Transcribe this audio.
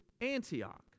Antioch